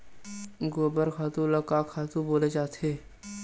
गोबर खातु ल का खातु बोले जाथे?